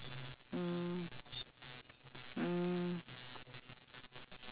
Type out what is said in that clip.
if let's say small prawn the middle prawn or or the lobster